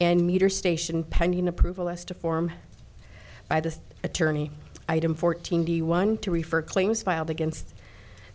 and meter station pending approval as to form by the attorney item fourteen the one to refer claims filed against